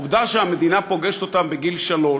העובדה שהמדינה פוגשת אותם בגיל שלוש,